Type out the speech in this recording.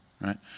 right